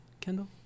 Kendall